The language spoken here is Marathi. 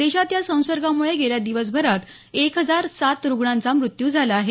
देशात या संसर्गामुळे गेल्या दिवसभरात एक हजार सात रुग्णांचा मृत्यू झाला आहे